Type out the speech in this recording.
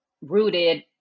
rooted